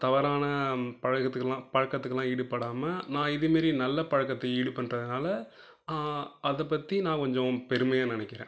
தவறான பழக்கத்துக்கெல்லாம் பழக்கத்துக்கெல்லாம் ஈடுபடாமல் நான் இதுமாரி நல்ல பழக்கத்தை ஈடுபண்ணுறதுனால அதை பற்றி நான் கொஞ்சம் பெருமையாக நினைக்கிறேன்